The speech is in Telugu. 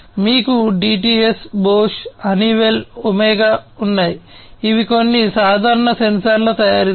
మీకు DTS Bosch Honeywell OMEGA ఉన్నాయి ఇవి కొన్ని సాధారణ సెన్సార్ తయారీదారులు